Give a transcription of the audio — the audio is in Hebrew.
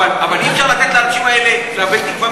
אבל אי-אפשר לתת לאנשים האלה לאבד תקווה,